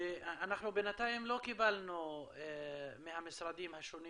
אנחנו בינתיים לא קיבלנו מהמשרדים השונים